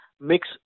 mix